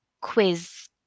quiz